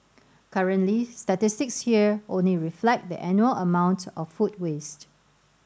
currently statistics here only reflect the annual amount of food waste